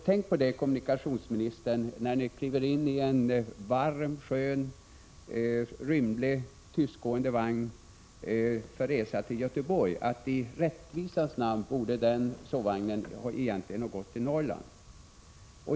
Tänk på det, kommunikationsministern, när ni kliver in i en varm, skön, rymlig, tystgående vagn för resa till Göteborg — att i rättvisans namn borde den sovvagnen egentligen ha gått till Norrland.